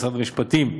משרד המשפטים,